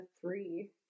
three